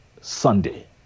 Sunday